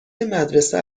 مدرسه